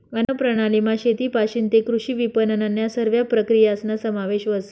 अन्नप्रणालीमा शेतपाशीन तै कृषी विपनननन्या सरव्या प्रक्रियासना समावेश व्हस